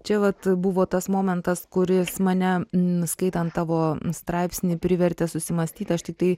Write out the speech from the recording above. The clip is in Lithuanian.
čia vat buvo tas momentas kuris mane skaitant tavo straipsnį privertė susimąstyti aš tiktai